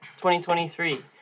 2023